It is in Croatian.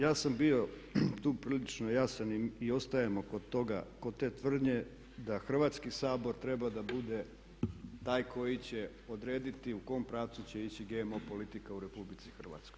Ja sam bio tu prilično jasan i ostajem kod te tvrdnje da Hrvatski sabor treba da bude taj koji će odrediti u kojem pravcu će ići GMO politika u RH.